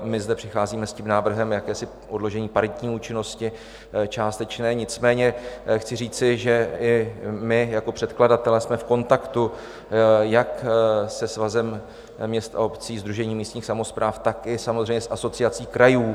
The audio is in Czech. My zde přicházíme s návrhem odložení paritní účinnosti částečné, nicméně chci říci, že i my jako předkladatelé jsme v kontaktu jak se Svazem měst a obcí, Sdružením místních samospráv, tak i samozřejmě s Asociaci krajů.